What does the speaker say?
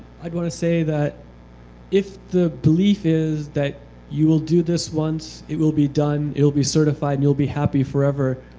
i would want to say that if the belief is that you will do this once, it will be done, it will be certified, and you will be happy forever.